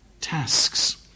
tasks